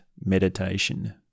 meditation